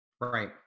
Right